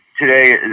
today